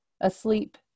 Asleep